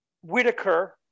Whitaker